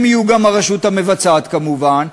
הם יהיו גם הרשות המבצעת כמובן.